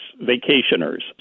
vacationers